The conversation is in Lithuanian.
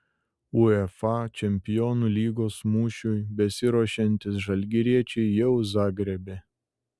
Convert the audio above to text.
uefa čempionų lygos mūšiui besiruošiantys žalgiriečiai jau zagrebe